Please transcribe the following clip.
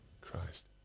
Christ